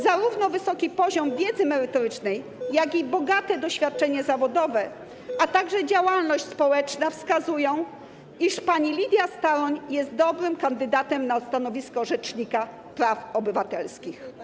Zarówno wysoki poziom wiedzy merytorycznej, jak i bogate doświadczenie zawodowe, a także działalność społeczna wskazują, iż pani Lidia Staroń jest dobrym kandydatem na stanowisko rzecznika praw obywatelskich.